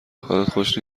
خوش